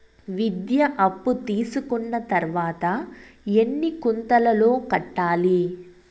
విద్య అప్పు తీసుకున్న తర్వాత ఎన్ని కంతుల లో కట్టాలి?